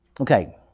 Okay